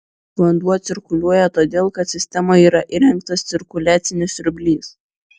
vanduo cirkuliuoja todėl kad sistemoje yra įrengtas cirkuliacinis siurblys